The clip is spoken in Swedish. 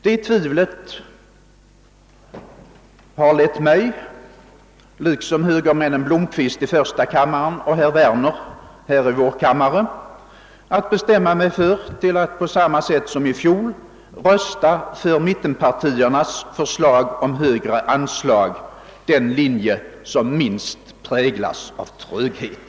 Det tvivlet har lett mig till att bestämma mig för att, liksom högermännen herr Blomquist i första kammaren och herr Werner här i vår kammare, på samma sätt som i fjol rösta för mittenpartiernas förslag om högre anslag — den linje som minst präglas av tröghet.